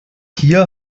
hier